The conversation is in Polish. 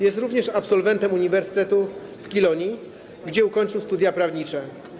Jest również absolwentem uniwersytetu w Kilonii, gdzie ukończył studia prawnicze.